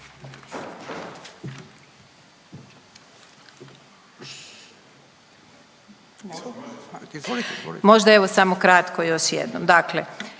Možda evo samo kratko još jednom. Dakle,